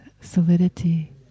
solidity